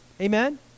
amen